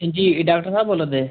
हांजी एह् डाक्टर साह्ब बोला'रदे